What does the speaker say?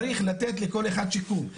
צריך לתת לכל אחד שיקום.